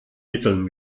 mitteln